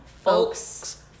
folks